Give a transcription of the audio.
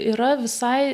yra visai